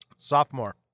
sophomore